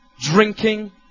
Drinking